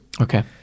Okay